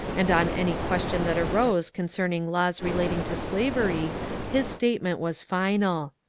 and on any question that arose concerning laws relating to slavery his statement was final.